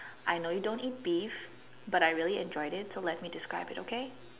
I know you don't eat beef but I really enjoyed it so let me describe it okay